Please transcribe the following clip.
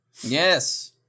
Yes